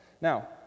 Now